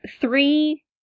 three